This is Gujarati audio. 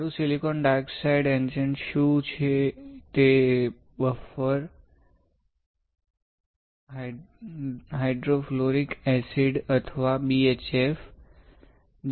મારું સિલિકોન ડાયોક્સાઇડ ઇચેન્ટ શું છે તે બફર હાઇડ્રોફ્લોરિક એસિડ અથવા BHF છે